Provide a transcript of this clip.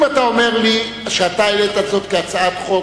אם אתה אומר לי שאתה העלית זאת כהצעת חוק